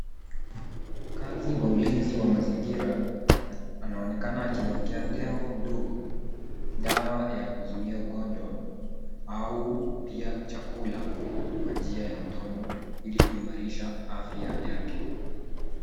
Mfanyikazi wa ulinzi wa mazingira anaonekana akimwekea tembo mdogo dawa ya kuzuia ugonjwa au pia chakula kwa njia ya mdomo ili kuimarisha afya yake.